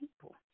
people